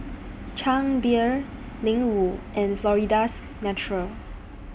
Chang Beer Ling Wu and Florida's Natural